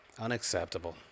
unacceptable